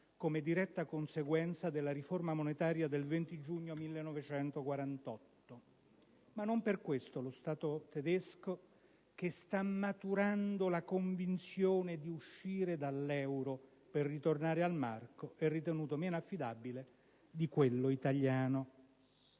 come diretta conseguenza della riforma monetaria del 20 giugno 1948. Ma non per questo lo Stato tedesco, che sta maturando la convinzione di uscire dall'euro per ritornare al marco, è ritenuto meno affidabile di quello italiano.